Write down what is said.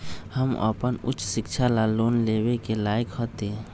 हम अपन उच्च शिक्षा ला लोन लेवे के लायक हती?